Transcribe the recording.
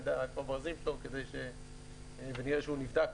נדע איפה הברזים שלו ונראה שהוא נבדק